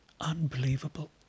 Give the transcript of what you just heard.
Unbelievable